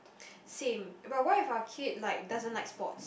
same but what if our kid like doesn't like sports